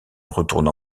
retourna